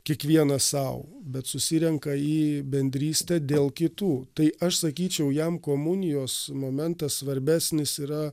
kiekvienas sau bet susirenka į bendrystę dėl kitų tai aš sakyčiau jam komunijos momentas svarbesnis yra